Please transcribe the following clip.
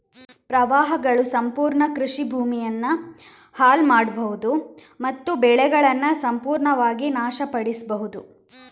ಪ್ರವಾಹಗಳು ಸಂಪೂರ್ಣ ಕೃಷಿ ಭೂಮಿಯನ್ನ ಹಾಳು ಮಾಡ್ಬಹುದು ಮತ್ತು ಬೆಳೆಗಳನ್ನ ಸಂಪೂರ್ಣವಾಗಿ ನಾಶ ಪಡಿಸ್ಬಹುದು